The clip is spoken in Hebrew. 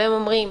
והם אומרים: